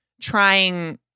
trying